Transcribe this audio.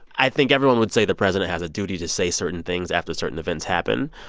i think everyone would say the president has a duty to say certain things after certain events happen.